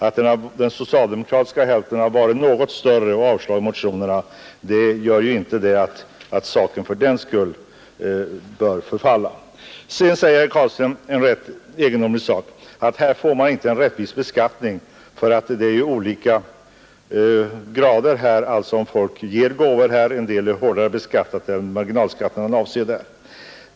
Att den socialdemokratiska hälften har varit något större och avslagit motionerna är ju inget skäl för oss att låta saken förfalla. Sedan sade herr Carlstein en rätt egendomlig sak, nämligen att förslaget inte medför någon rättvis beskattning; en del av dem som ger sådana gåvor som här avses är hårdare beskattade än andra — det är väl marginalskatten han avser.